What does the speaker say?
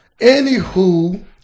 Anywho